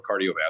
cardiovascular